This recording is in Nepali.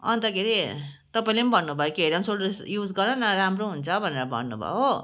अन्त के अरे तपाईँले पनि भन्नुभयो कि हेड एन्ड सोल्डर युज गर न राम्रो हुन्छ भनेर भन्नु भयो हो